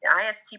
ISTP